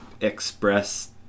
express